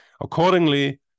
Accordingly